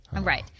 Right